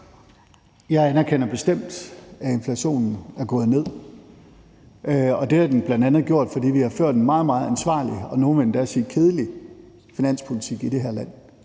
Jeg anerkender bestemt, at inflationen er gået ned, og det har den bl.a. gjort, fordi vi har ført en meget, meget ansvarlig, og nogle vil endda sige kedelig finanspolitik i det her land,